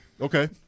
Okay